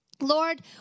Lord